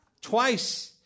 Twice